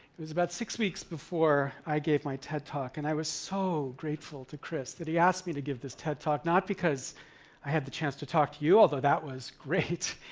it was about six weeks before i gave my ted talk, and i was so grateful to chris that he asked me to give this ted talk, not because i had the chance to talk to you, although that was great,